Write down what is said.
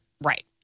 Right